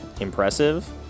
impressive